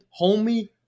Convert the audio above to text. Homie